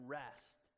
rest